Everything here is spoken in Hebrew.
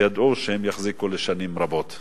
ידעו שהם יחזיקו שנים רבות.